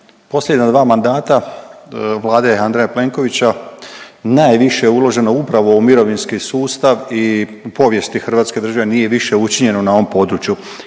posljednja dva mandata Vlade Andreja Plenkovića, najviše je uloženo upravo u mirovinski sustav i u povijesti Hrvatske države nije više učinjeno na ovom području.